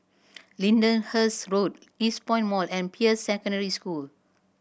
Lyndhurst Road Eastpoint Mall and Peirce Secondary School